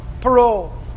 Parole